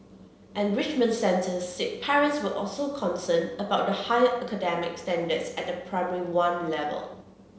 enrichment centres said parents were also concerned about the higher academic standards at the Primary One level